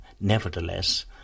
Nevertheless